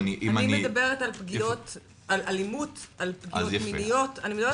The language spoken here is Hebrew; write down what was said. אני מדברת על אלימות ועל פגיעות מיניות.